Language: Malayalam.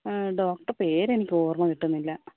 ഡോക്റ്ററെ പേര് എനിക്ക് എനിക്ക് ഓർമ കിട്ടുന്നില്ല